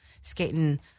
skating